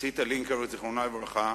ציטה לינקר, זיכרונה לברכה,